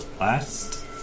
last